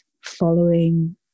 following